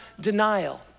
denial